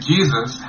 Jesus